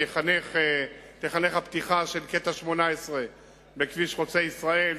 תיחנך הפתיחה של קטע 18 בכביש חוצה-ישראל,